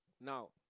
Now